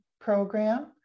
program